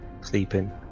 sleeping